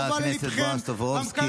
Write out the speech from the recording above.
חבר הכנסת טופורובסקי.